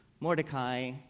Mordecai